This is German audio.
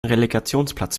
relegationsplatz